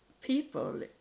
people